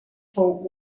fou